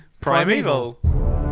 Primeval